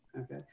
Okay